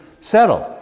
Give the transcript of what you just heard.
Settled